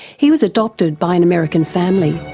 he was adopted by an american family.